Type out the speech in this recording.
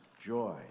joy